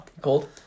Cold